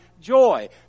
joy